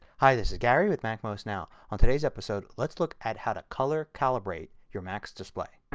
hi this is gary with macmost now. on today's episode let's look at how to color calibrate your mac's display.